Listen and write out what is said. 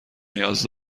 نیاز